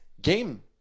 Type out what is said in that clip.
game